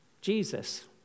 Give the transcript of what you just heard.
Jesus